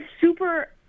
super